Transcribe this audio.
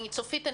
צופית,